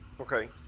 Okay